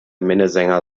minnesänger